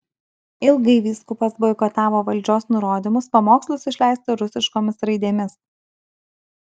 ilgai vyskupas boikotavo valdžios nurodymus pamokslus išleisti rusiškomis raidėmis